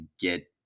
get